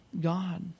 God